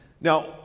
Now